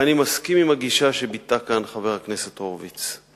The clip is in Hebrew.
אני מסכים עם הגישה שביטא כאן חבר הכנסת הורוביץ.